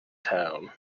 town